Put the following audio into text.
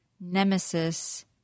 Nemesis